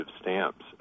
stamps